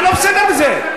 מה לא בסדר בזה?